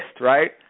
right